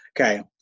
Okay